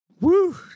Woo